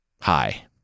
hi